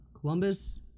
Columbus